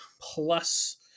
plus